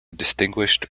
distinguished